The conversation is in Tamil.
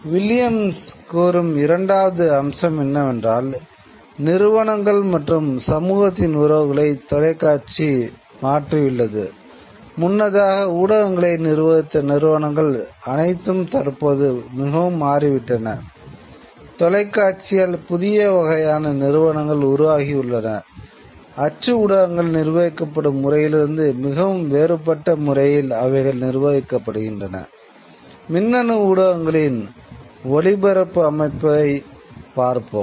வில்லியம்ஸ் கூறும் இரண்டாவது அம்சம் என்னவென்றால் நிறுவனங்கள் மற்றும் சமூகத்தின் உறவுகளை தொலைக்காட்சி ஒளிப்பரப்பு அமைப்புகளைப் பார்ப்போம்